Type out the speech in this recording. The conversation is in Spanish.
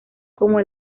como